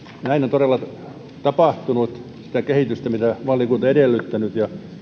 on todella tapahtunut sitä kehitystä mitä valiokunta on edellyttänyt ja tästäkin mielestäni se